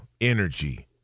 energy